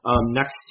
next